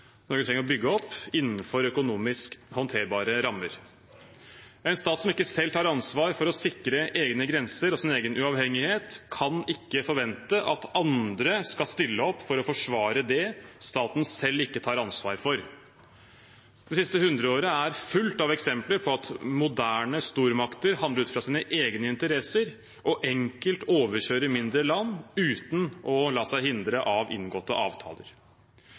trenger å bygge opp, innenfor økonomisk håndterbare rammer. En stat som ikke selv tar ansvar for å sikre egne grenser og sin egen uavhengighet, kan ikke forvente at andre skal stille opp for å forsvare det staten selv ikke tar ansvar for. Det siste hundreåret er fullt av eksempler på at moderne stormakter handler ut fra sine egne interesser og enkelt overkjører mindre land uten å la seg hindre av inngåtte avtaler.